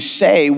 say